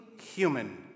human